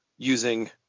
using